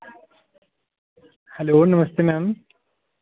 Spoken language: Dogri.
हैल्लो नमस्ते मैम